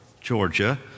Georgia